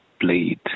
bleed